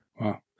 Wow